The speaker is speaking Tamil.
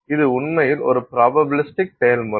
இது உண்மையில் ஒரு ஃபிராபபிலிஸ்ட்க் செயல்முறை